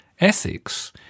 ethics